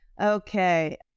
okay